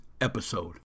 episode